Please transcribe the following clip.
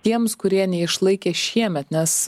tiems kurie neišlaikė šiemet nes